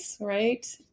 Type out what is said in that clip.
right